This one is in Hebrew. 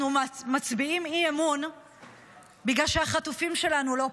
אנחנו מצביעים אי-אמון בגלל שהחטופים שלנו לא פה.